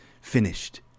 finished